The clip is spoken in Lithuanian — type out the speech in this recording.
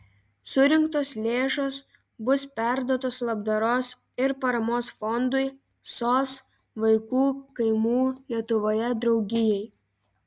surinktos lėšos bus perduotos labdaros ir paramos fondui sos vaikų kaimų lietuvoje draugijai